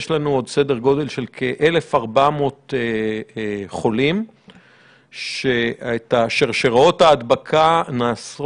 יש לנו עוד סדר גודל של כ-1,400 חולים ששרשראות הדבקה נעשות